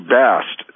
best